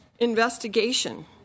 investigation